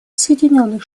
соединенных